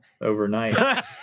overnight